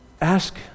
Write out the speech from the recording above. ask